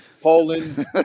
Poland